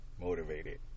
motivated